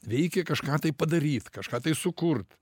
reikia kažką tai padaryt kažką tai sukurt